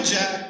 Jack